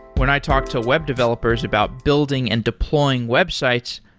when i talk to web developers about building and deploying websites,